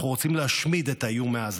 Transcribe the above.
אנחנו רוצים להשמיד את האיום מעזה.